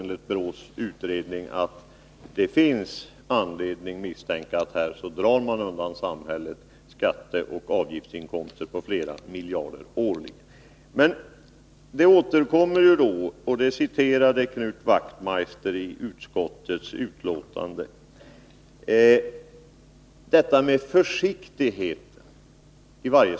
Enligt BRÅ:s utredning finns det anledning att misstänka att samhället årligen undandras skatter och avgiftsinkomster på flera miljarder kronor. Men här återkommer ju detta med försiktigheten i varje sammanhang, och Knut Wachtmeister citerade detta också ur utskottets betänkande.